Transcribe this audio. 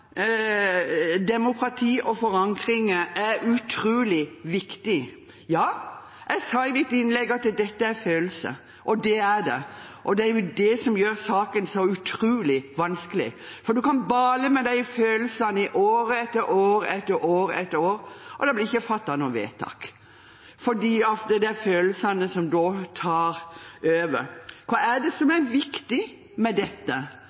og forankring er utrolig viktig. Jeg sa i mitt innlegg at dette gjelder følelser, og det gjør det. Det er det som gjør saken så utrolig vanskelig. Man kan bale med de følelsene i år etter år, og det blir ikke fattet noe vedtak fordi følelsene tar over. Hva er det som er viktig med dette, hva er det som